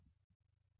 professor Arun K